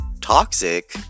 toxic